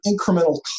incremental